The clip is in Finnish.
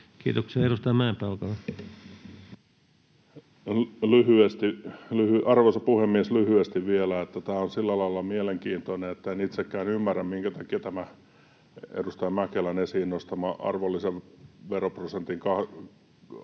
Time: 21:19 Content: Arvoisa puhemies! Lyhyesti vielä, että tämä on sillä lailla mielenkiintoinen, että en itsekään ymmärrä, minkä takia edustaja Mäkelän esiin nostama arvonlisäveron 24 prosentin kanta